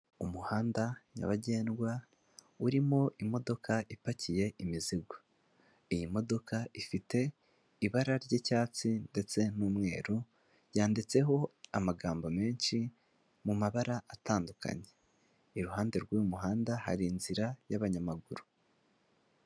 Umuhanda nyabagendwa urimo imodoka ipakiye imizigo. Iyi modoka ifite ibara ry'icyatsi ndetse n'umweru, yanditseho amagambo menshi mu mabara atandukanye. Iruhande rw'uyu muhanda hari inzira y'abanyamaguru.